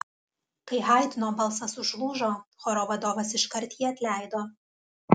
kai haidno balsas užlūžo choro vadovas iškart jį atleido